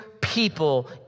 people